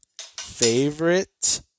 Favorite